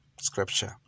scripture